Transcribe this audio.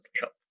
help